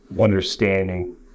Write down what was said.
understanding